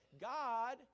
God